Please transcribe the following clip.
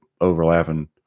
overlapping